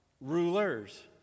rulers